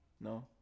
No